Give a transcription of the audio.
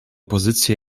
pozycję